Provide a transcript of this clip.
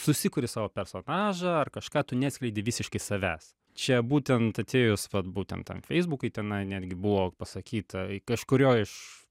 susikuri savo personažą ar kažką tu neatskleidi visiškai savęs čia būtent atėjus vat būtent tam feisbukui tenai netgi buvo pasakyta kažkurio iš